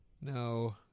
No